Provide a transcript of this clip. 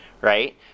right